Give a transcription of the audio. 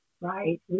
right